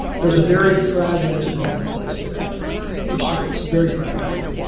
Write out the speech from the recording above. there's a very fragmented marketplace today for sports, very fragmented.